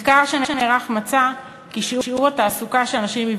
מחקר שנערך מצא כי שיעור התעסוקה של אנשים עם